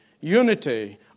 unity